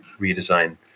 redesign